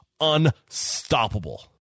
unstoppable